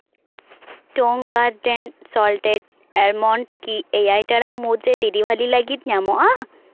ᱴᱚᱝ Garden salted almond ᱠᱤ ᱮᱭᱟᱭ ᱴᱟᱲᱟᱝ ᱢᱩᱫᱽᱨᱮ ᱰᱮᱞᱤᱵᱷᱟᱨᱤ ᱞᱟᱹᱜᱤᱫ ᱧᱟᱢᱚᱜᱼᱟ